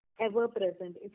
ever-present